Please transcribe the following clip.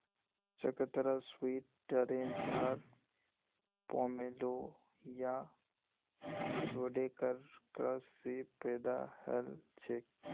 चकोतरा sweet orange आर pomelo या शैडॉकेर क्रॉस स पैदा हलछेक